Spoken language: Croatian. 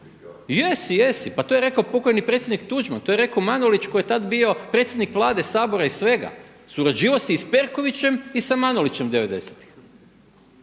Jesi, jesi pa to je rekao pokojni predsjednik Tuđman, to je rekao Manolić koji je tada bio predsjednik Vlade, Sabora i svega. Surađivao si i s Perkovićem i sa Manolićem